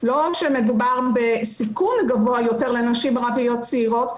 לא שמדובר בסיכון גבוה יותר לנשים ערביות צעירות,